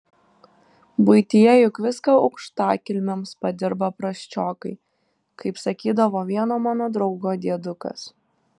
buityje juk viską aukštakilmiams padirba prasčiokai kaip sakydavo vieno mano draugo diedukas